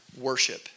worship